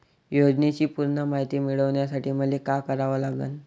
योजनेची पूर्ण मायती मिळवासाठी मले का करावं लागन?